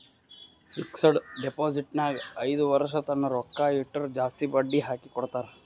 fixed deposit ನಾಗ್ ಐಯ್ದ ವರ್ಷ ತನ್ನ ರೊಕ್ಕಾ ಇಟ್ಟುರ್ ಜಾಸ್ತಿ ಬಡ್ಡಿ ಹಾಕಿ ಕೊಡ್ತಾರ್